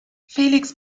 felix